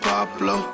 Pablo